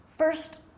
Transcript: First